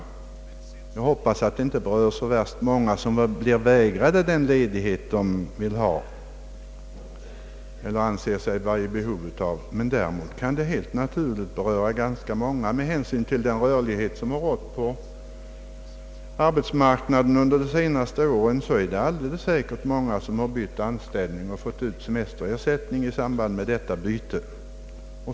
Även jag hoppas att det inte är så många som blir vägrade den ledighet som de anser sig vara i behov av. Men med hänsyn till den rörlighet som har rått på arbetsmarknaden under de senaste åren är det säkert många som har bytt anställning och fått ut semesterersättning i samband med detta byte.